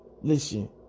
listen